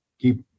keep